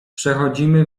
przechodzimy